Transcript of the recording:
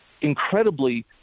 incredibly